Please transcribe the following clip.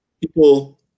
people